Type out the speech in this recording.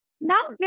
now